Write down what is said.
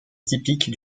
typique